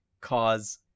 cause